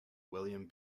william